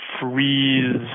freeze